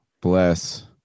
bless